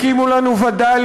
הקימו לנו וד"לים,